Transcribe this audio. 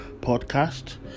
podcast